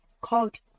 called